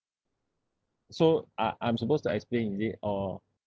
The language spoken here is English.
so I I'm supposed to explain is it or